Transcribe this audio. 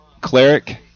cleric